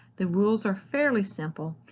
the rules are fairly simple.